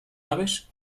aves